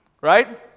right